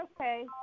Okay